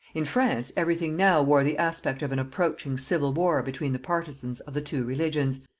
in france every thing now wore the aspect of an approaching civil war between the partisans of the two religions,